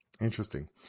interesting